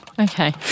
Okay